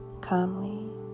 calmly